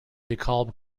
dekalb